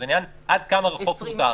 זה עניין עד כמה רחוק מותר.